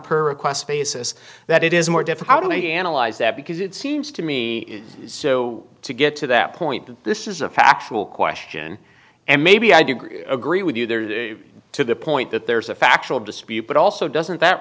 per request basis that it is more difficult to analyze that because it seems to me so to get to that point that this is a factual question and maybe i do agree with you there to the point that there's a factual dispute but also doesn't that